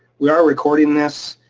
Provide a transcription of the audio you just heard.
we are recording this,